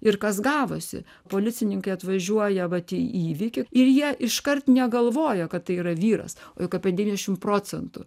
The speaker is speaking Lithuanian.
ir kas gavosi policininkai atvažiuoja vat į įvykį ir jie iškart negalvoja kad tai yra vyras juk apie devyniasdešimt procentų